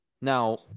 Now